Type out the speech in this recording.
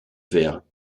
vers